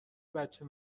بچه